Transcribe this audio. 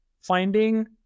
finding